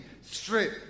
Strip